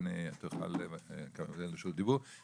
תוכל לקבל את רשות הדיבור בכל שלב שתרצה.